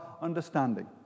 understanding